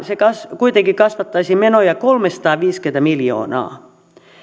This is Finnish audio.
se kuitenkin kasvattaisi menoja kolmesataaviisikymmentä miljoonaa